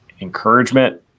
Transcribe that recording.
encouragement